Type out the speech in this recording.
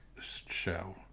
show